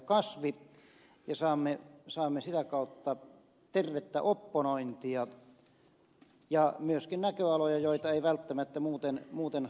kasvi ja saamme sitä kautta tervettä opponointia ja myöskin näköaloja joita ei välttämättä muuten havaittaisi